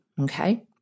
Okay